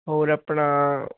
ਹੋਰ ਆਪਣਾ